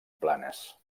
planes